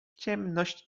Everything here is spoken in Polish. ciemność